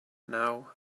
now